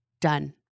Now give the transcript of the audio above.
done